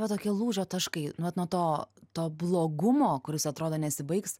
va tokie lūžio taškai vat nuo to to blogumo kuris atrodo nesibaigs